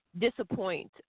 disappoint